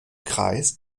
kreis